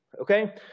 Okay